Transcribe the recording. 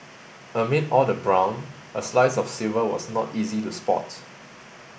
amid all the brown a slice of silver was not easy to spot